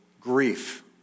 grief